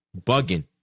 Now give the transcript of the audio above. Bugging